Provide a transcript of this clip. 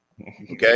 Okay